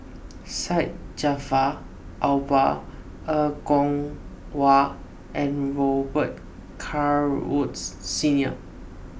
Syed Jaafar Albar Er Kwong Wah and Robet Carr Woods Senior